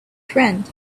friend